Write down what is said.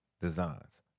Designs